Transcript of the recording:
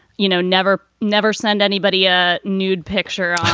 you know, never, never send anybody a nude picture.